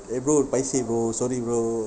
eh bro paiseh bro sorry bro